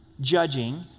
judging